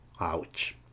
Ouch